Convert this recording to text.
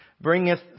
bringeth